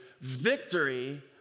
victory